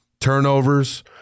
turnovers